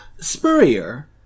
Spurrier